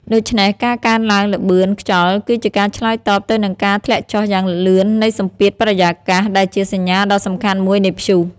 ដូច្នេះ ការកើនឡើងល្បឿនខ្យល់គឺជាការឆ្លើយតបទៅនឹងការធ្លាក់ចុះយ៉ាងលឿននៃសម្ពាធបរិយាកាស ដែលជាសញ្ញាដ៏សំខាន់មួយនៃព្យុះ។